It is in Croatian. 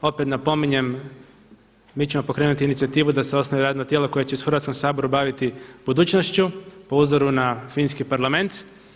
Opet napominjem mi ćemo pokrenuti inicijativu da se osnuje radno tijelo koje će se u Hrvatskom saboru baviti budućnošću po uzoru na finski Parlament.